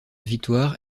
victoire